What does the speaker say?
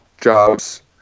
jobs